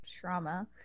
trauma